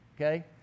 Okay